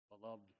beloved